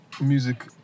music